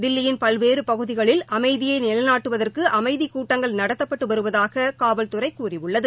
தில்லியின் பல்வேறு பகுதிகளில் அமைதியை நிலைநாட்டுவதற்கு அமைதிக் கூட்டங்கள் நடத்தப்பட்டு வருவதாக காவல்துறை கூறியுள்ளது